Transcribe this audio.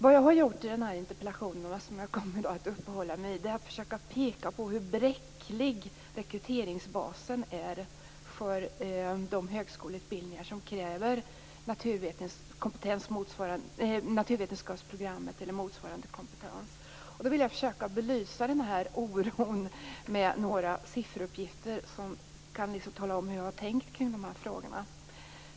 I min interpellation försöker jag, och detta kommer jag att uppehålla mig vid, peka på hur bräcklig rekryteringsbasen är för de högskoleutbildningar som kräver naturvetenskapsprogrammet eller motsvarande kompetens. Jag skall försöka belysa den här oron med några sifferuppgifter som kan säga något om hur jag har tänkt kring de här frågorna.